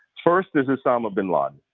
first is osama bin laden.